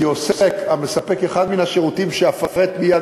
עוסק המספק אחד מן השירותים שאפרט מייד,